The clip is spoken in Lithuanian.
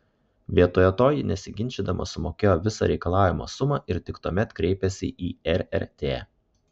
vietoje to ji nesiginčydama sumokėjo visą reikalaujamą sumą ir tik tuomet kreipėsi į rrt